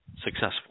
successful